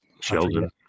Sheldon